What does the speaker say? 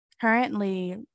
currently